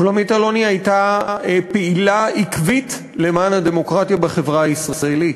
שולמית אלוני הייתה פעילה עקבית למען הדמוקרטיה בחברה הישראלית.